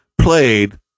played